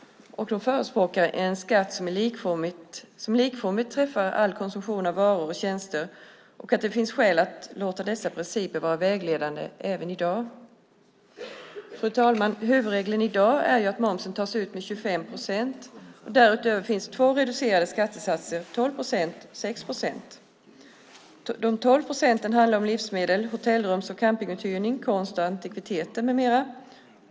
De förespråkar en skatt som likformigt träffar all konsumtion av varor och tjänster och att det finns skäl att låta dessa principer vara vägledande även i dag. Fru talman! Huvudregeln i dag är att moms tas ut med 25 procent. Därutöver finns det två reducerade skattesatser - 12 procent och 6 procent. 12 procent moms gäller livsmedel, hotellrum, camping, konst och antikviteter med mera.